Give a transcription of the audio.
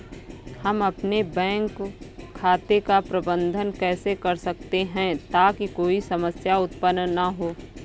हम अपने बैंक खाते का प्रबंधन कैसे कर सकते हैं ताकि कोई समस्या उत्पन्न न हो?